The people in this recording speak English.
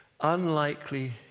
unlikely